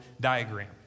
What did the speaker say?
diagram